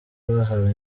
bahawe